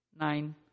nine